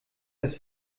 das